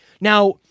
Now